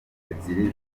ebyiri